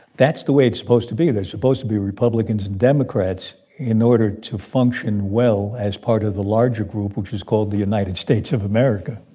that's the way it's supposed to be. they're supposed to be republicans and democrats in order to function well as part of the larger group which is called the united states of america.